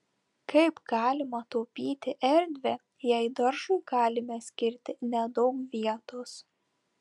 kaip galima taupyti erdvę jei daržui galime skirti nedaug vietos